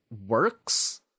works